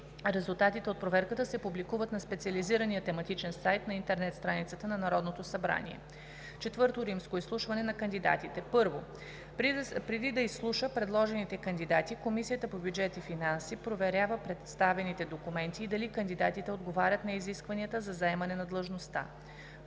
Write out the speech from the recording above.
Резултатите от проверката се публикуват на специализирания тематичен сайт на интернет страницата на Народното събрание. IV. Изслушване на кандидатите. 1. Преди да изслуша предложените кандидати, Комисията по бюджет и финанси проверява представените документи и дали кандидатите отговарят на изискванията за заемане на длъжността.